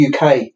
UK